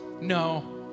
No